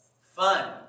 fun